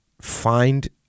find